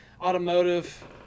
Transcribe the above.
automotive